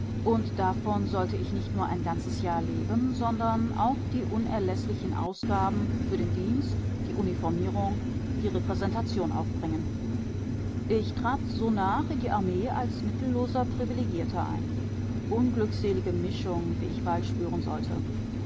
und davon sollte ich nicht nur ein ganzes jahr leben sondern auch die unerläßlichen ausgaben für den dienst die uniformierung die repräsentation aufbringen ich trat sonach in die armee als mittelloser privilegierter ein unglückselige mischung wie ich bald spüren sollte